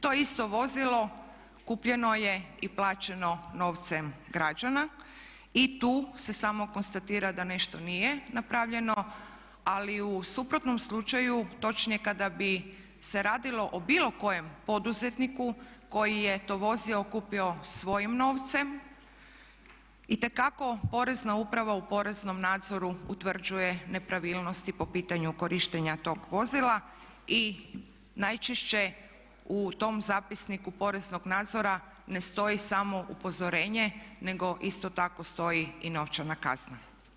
To isto vozilo kupljeno je i plaćeno novcem građana i tu se samo konstatira da nešto nije napravljeno ali u suprotnom slučaju točnije kada bi se radilo o bilo kojem poduzetniku koji je to vozilo kupio svojim novcem itekako Porezna uprava u poreznom nadzoru utvrđuje nepravilnosti po pitanju korištenja tog vozila i najčešće u tom zapisniku poreznog nadzora ne stoji samo upozorenje nego isto tako stoji i novčana kazna.